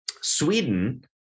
Sweden